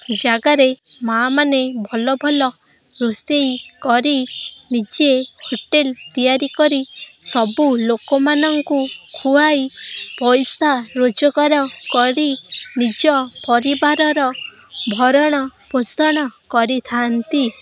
ଜାଗାରେ ମାଆମାନେ ଭଲ ଭଲ ରୋଷେଇ କରି ନିଜେ ହୋଟେଲ୍ ତିଆରି କରି ସବୁ ଲୋକମାନଙ୍କୁ ଖୁଆଇ ପଇସା ରୋଜଗାର କରି ନିଜ ପରିବାରର ଭରଣ ପୋଷଣ କରିଥାଆନ୍ତି